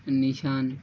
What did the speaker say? নিশান